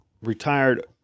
retired